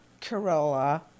Corolla